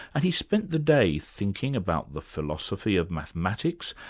and he spent the day thinking about the philosophy of mathematics,